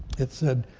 it said,